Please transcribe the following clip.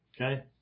Okay